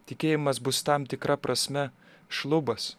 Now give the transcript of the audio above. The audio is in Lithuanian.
tikėjimas bus tam tikra prasme šlubas